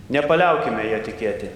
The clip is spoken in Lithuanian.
nepaliaukime ja tikėti